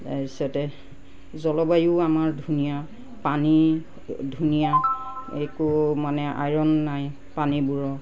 তাৰপিছতে জলবায়ু আমাৰ ধুনীয়া পানী ধুনীয়া একো মানে আইৰন নাই পানীবোৰত